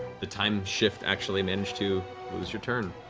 the time shift actually managed to lose your turn,